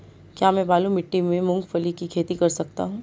क्या मैं बालू मिट्टी में मूंगफली की खेती कर सकता हूँ?